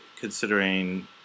considering